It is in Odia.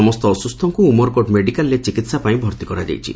ସମସ୍ତ ଅସୁସ୍ତଙ୍କୁ ଉମରକୋଟ୍ ମେଡିକାଲ୍ରେ ଚିକିହା ପାଇଁ ଭର୍ତି କରାଯାଇଛି